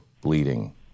bleeding